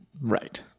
Right